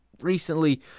recently